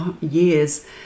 years